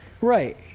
Right